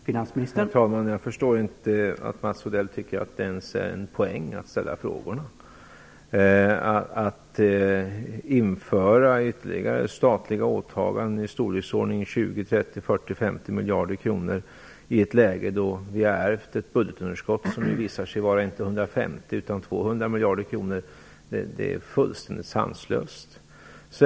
Herr talman! Jag förstår inte att Mats Odell tycker att det finns en poäng i att ställa dessa frågor. Att genomföra ytterligare statliga åtaganden i storleksordningen 20, 30, 40, 50 miljarder kronor i ett läge där vi ärvt ett budgetunderskott som nu visar sig vara inte 150 utan 200 miljarder kronor är fullständigt sanslöst.